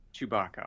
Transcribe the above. Chewbacca